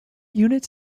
units